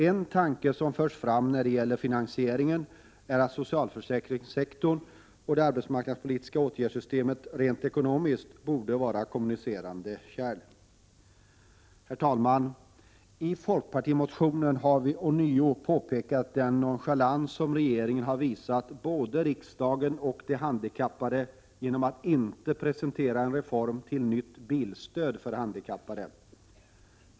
En tanke som förs fram när det gäller finansieringen är att socialförsäkringssektorn och det arbetsmarknadspolitiska åtgärdssystemet rent ekonomiskt borde vara kommunicerande kärl. Herr talman! I folkpartimotionen har vi ånyo påpekat den nonchalans som regeringen har visat både riksdagen och de handikappade genom att inte presentera en reform till nytt bilstöd för handikappade.